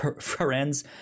friends